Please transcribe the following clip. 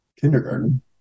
kindergarten